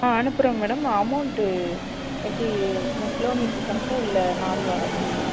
ஆ அனுப்புகிறேங்க madam amount எப்படி என்ன கிலோ மீட்டர் கணக்கா இல்லை நாள் வாடகையா மேடம்